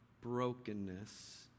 brokenness